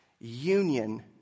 Union